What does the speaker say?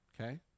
okay